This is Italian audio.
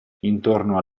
intorno